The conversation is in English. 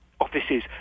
offices